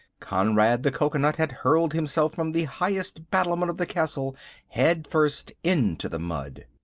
conrad the cocoanut had hurled himself from the highest battlement of the castle head first into the mud.